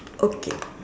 okay